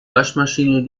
waschmaschine